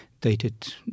dated